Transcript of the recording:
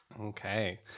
Okay